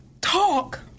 talk